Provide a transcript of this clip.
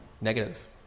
negative